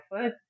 foot